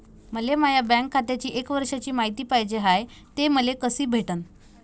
मले माया बँक खात्याची एक वर्षाची मायती पाहिजे हाय, ते मले कसी भेटनं?